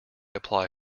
apply